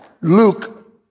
Luke